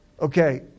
Okay